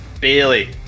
Bailey